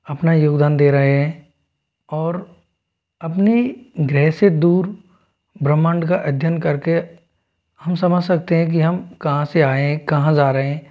अपना योगदान दे रहे हैं और अपनी ग्रह से दूर ब्रह्मांड का अध्ययन करके हम समझ सकते हैं कि हम कहाँ से आए हैं कहाँ जा रहे हैं